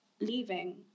leaving